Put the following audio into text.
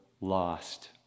lost